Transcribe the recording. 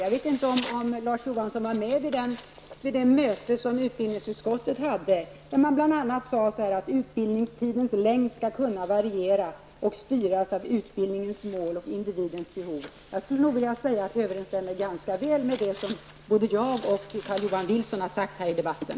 Jag vet inte om Larz Johansson var med vid det möte som utbildningsutskottet hade, då man bl.a. sade att utbildningstidens längd skulle kunna varieras och styras av utbildningens mål och individens behov. Det överensstämmer ganska väl med det som både jag och Carl-Johan Wilson har sagt här i debatten.